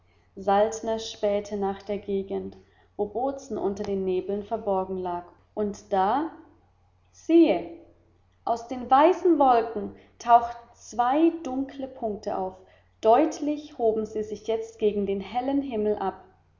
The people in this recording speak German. saltner spähte nach der gegend wo bozen unter nebeln verborgen lag und da siehe aus den weißen wolken tauchten zwei dunkle punkte auf deutlich hoben sie sich jetzt gegen den hellen himmel ab